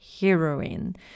heroine